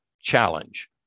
challenge